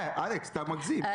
אלכס, אתה מגזים.